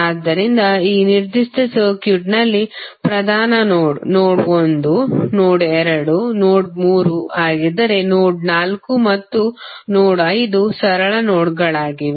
ಆದ್ದರಿಂದ ಈ ನಿರ್ದಿಷ್ಟ ಸರ್ಕ್ಯೂಟ್ನಲ್ಲಿ ಪ್ರಧಾನ ನೋಡ್ ನೋಡ್ ಒಂದು ನೋಡ್ ಎರಡು ಮತ್ತು ನೋಡ್ ಮೂರು ಆಗಿದ್ದರೆ ನೋಡ್ ನಾಲ್ಕು ಮತ್ತು ನೋಡ್ 5 ಸರಳ ನೋಡ್ಗಳಾಗಿವೆ